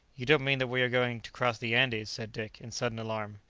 you don't mean that we are going to cross the andes? said dick, in sudden alarm.